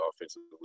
offensively